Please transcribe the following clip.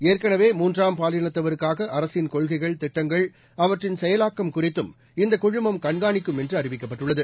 ஏற்கனவே மூன்றாம் பாலினத்தவருக்காக அரசின் கொள்கைகள் திட்டங்கள் அவற்றின் செயலாக்கம் குறித்தும் இந்த குழுமம் கண்காணிக்கும் என்று அறிவிக்கப்பட்டுள்ளது